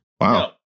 Wow